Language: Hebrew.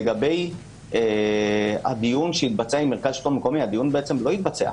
לגבי הדיון עם מרכז שלטון המקומי הדיון לא התבצע.